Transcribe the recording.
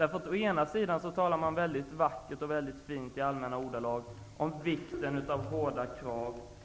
Å ena sidan talar man vackert och fint i allmänna ordalag om vikten av hårda krav, och